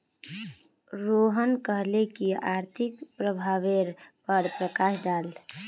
रोहन कहले की आर्थिक प्रभावेर पर प्रकाश डाल